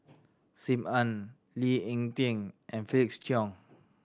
Sim Ann Lee Ek Tieng and Felix Cheong